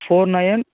four nine